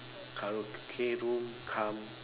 karaoke room cum